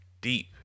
deep